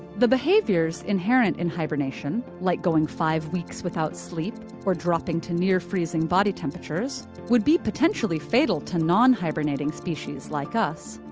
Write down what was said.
the behaviors inherent in hibernation, like going five weeks without sleep, or dropping to near-freezing body temperatures would be potentially fatal to non-hibernating species like us.